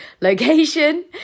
location